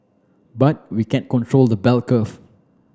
but we can't control the bell curve